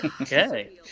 okay